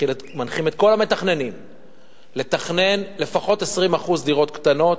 מנחים את כל המתכננים לתכנן לפחות 20% דירות קטנות,